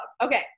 Okay